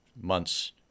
months